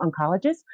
oncologists